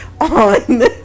on